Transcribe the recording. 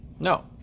No